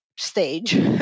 stage